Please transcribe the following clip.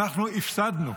אנחנו הפסדנו.